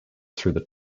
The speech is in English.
through